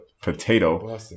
potato